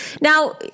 Now